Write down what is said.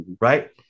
Right